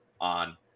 on